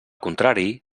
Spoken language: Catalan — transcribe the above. contrari